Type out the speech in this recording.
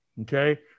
okay